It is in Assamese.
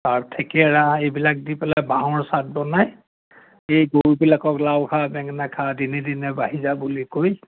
আৰু ঠেকেৰা এইবিলাক দি পেলাই বাঁহৰ চাত বনায় এই গৰুবিলাকক লাও খা বেঙেনা খা দিনেদিনে বাঢ়ি যা বুলি কৈ